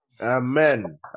Amen